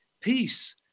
peace